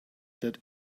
that